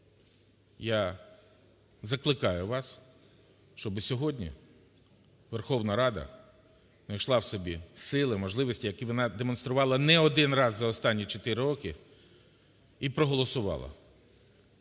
Я закликаю вас, щоб сьогодні Верховна Рада знайшла в собі сили, можливості, які вона демонструвала не один раз за останні чотири роки, і проголосувала